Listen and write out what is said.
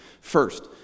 First